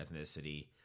ethnicity